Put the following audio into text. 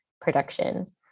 production